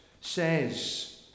says